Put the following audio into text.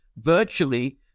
virtually